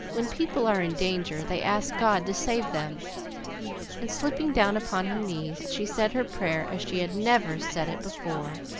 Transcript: when people are in danger, they ask god to save them and, slipping down upon her knees, she said her prayer as she had never said it before,